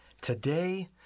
Today